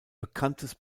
bekanntes